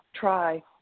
try